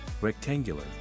rectangular